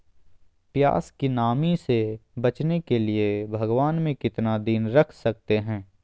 प्यास की नामी से बचने के लिए भगवान में कितना दिन रख सकते हैं?